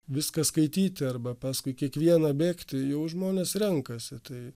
viską skaityti arba paskui kiekvieną bėgti jau žmonės renkasi tai